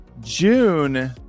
June